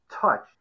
touched